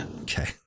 Okay